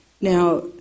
Now